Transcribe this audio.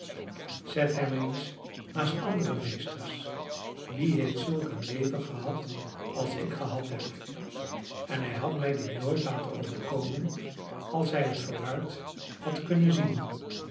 zet hem eens naast andere meesters wie heeft zulk een leven gehad als ik gehad heb en hij had mij dit nooit laten overkomen als hij het vooruit had kunnen zien